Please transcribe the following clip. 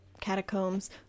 catacombs